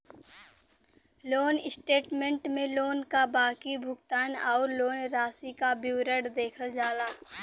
loan statement में loan क बाकी भुगतान आउर लोन राशि क विवरण देखल जाला